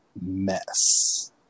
mess